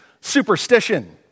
superstition